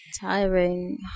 Tiring